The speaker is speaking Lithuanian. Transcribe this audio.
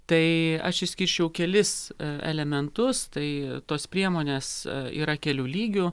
tai aš išskirčiau kelis elementus tai tos priemonės yra kelių lygių